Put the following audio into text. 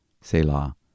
Selah